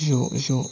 ज' ज'